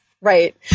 Right